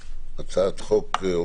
בנושא הצעת חוק שיקים ללא כיסוי.